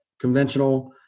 conventional